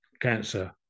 cancer